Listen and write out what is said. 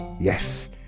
Yes